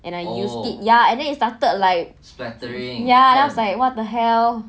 and I used it ya and then it started like ya like what the hell